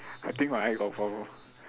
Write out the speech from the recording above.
I think my eye got problem